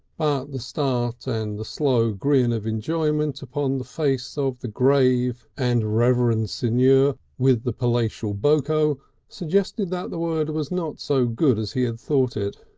the start and the slow grin of enjoyment upon the face of the grave and reverend signor with the palatial boko suggested that the word was not so good as he had thought it.